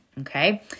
Okay